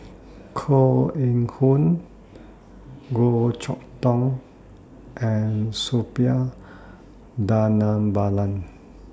Koh Eng Hoon Goh Chok Tong and Suppiah Dhanabalan